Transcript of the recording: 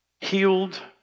healed